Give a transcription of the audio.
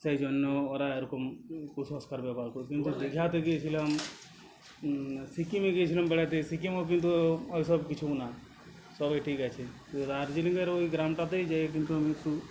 সেই জন্য ওরা এরকম কুসংস্কার ব্যবহার করে কিন্তু দীঘাতে গিয়েছিলাম সিকিমে গিয়েছিলাম বেড়াতে সিকিমও কিন্তু ওই সব কিছু না সবাই ঠিক আছি দার্জিলিংয়ের ওই গ্রামটাতেই যেয়ে কিন্তু একটু